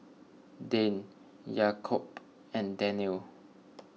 Dian Yaakob and Daniel